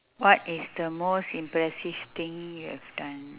what is the most impressive thing you have done